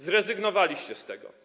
Zrezygnowaliście z tego.